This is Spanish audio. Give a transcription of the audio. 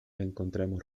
encontramos